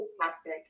fantastic